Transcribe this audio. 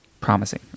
promising